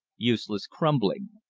useless, crumbling.